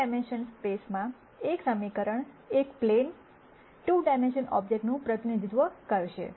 3 dimensional સ્પેસમાં એક સમીકરણ એક પ્લેન 2 ડાઈમેન્શનલ ઓબ્જેક્ટનું પ્રતિનિધિત્વ કરશે